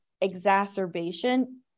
exacerbation